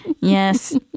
yes